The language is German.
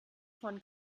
von